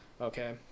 Okay